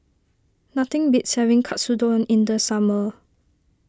nothing beats having Katsudon in the summer